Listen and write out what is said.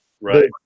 right